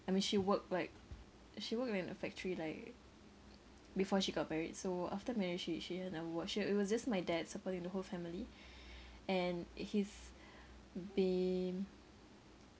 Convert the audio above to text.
I mean she work like she work in a factory like before she got married so after marriage she she never work so it was just my dad supporting the whole family and he's been